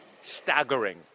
Staggering